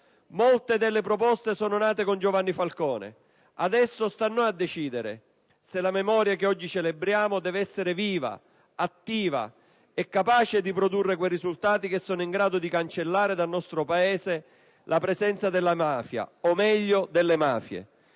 Molte delle proposte sono nate con Giovanni Falcone, adesso sta a noi decidere se la memoria che oggi celebriamo deve essere viva, attiva e capace di produrre risultati in grado di cancellare dal nostro Paese la presenza della mafia, o meglio delle mafie.